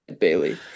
Bailey